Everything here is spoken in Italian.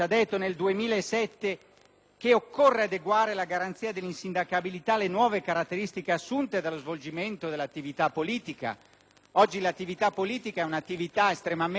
che occorre adeguare la garanzia dell'insindacabilità alle nuove caratteristiche assunte dallo svolgimento dell'attività politica. Oggi l'attività politica è estremamente dinamica,